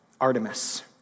Artemis